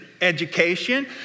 education